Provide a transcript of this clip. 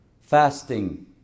fasting